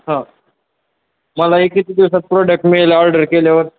हां मला हे किती दिवसात प्रोडक्ट मिळेल ऑर्डर केल्यावर